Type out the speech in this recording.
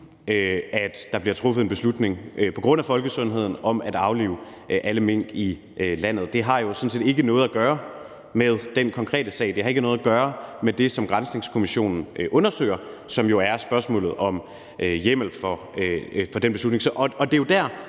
bliver truffet en beslutning om at aflive alle mink i landet. Det har jo sådan set ikke noget at gøre med den konkrete sag. Det har ikke noget at gøre med det, som Granskningskommissionen undersøger, som er spørgsmålet om hjemmel for den beslutning,